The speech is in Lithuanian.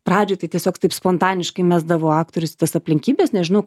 pradžioj tai tiesiog taip spontaniškai mesdavo aktorius tas aplinkybes nežinau